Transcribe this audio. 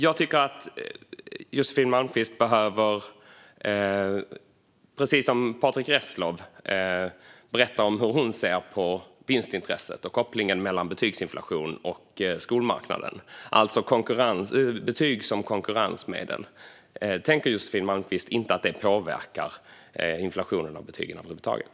Jag tycker att Josefin Malmqvist, precis som Patrick Reslow, behöver berätta hur hon ser på vinstintresset och kopplingen mellan betygsinflation och skolmarknaden, alltså betyg som konkurrensmedel. Tror inte Josefin Malmqvist att det påverkar inflationen av betygen över huvud taget?